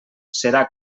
serà